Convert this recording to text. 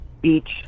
Beach